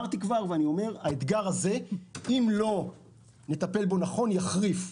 אם לא נטפל באתגר הזה נכון, הוא יחריף.